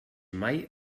mai